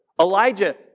Elijah